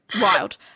Wild